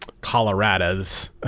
Colorado's